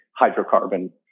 hydrocarbon